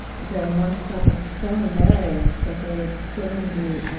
the monks thought this was so hilarious that they were putting the